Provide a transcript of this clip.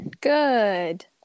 Good